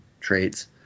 traits